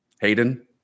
Hayden